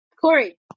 Corey